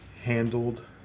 handled